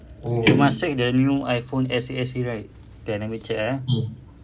must check the new iphone S_E S_E right jap eh let me check eh